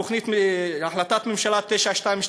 החלטת ממשלה 922,